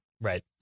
right